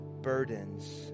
burdens